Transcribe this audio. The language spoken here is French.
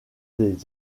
des